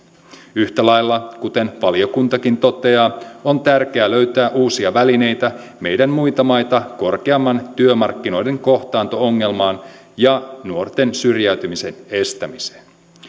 yhtä lailla kuten valiokuntakin toteaa on tärkeää löytää uusia välineitä meidän muita maita korkeampaan työmarkkinoiden kohtaanto ongelmaan ja nuorten syrjäytymisen estämiseen